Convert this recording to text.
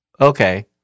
okay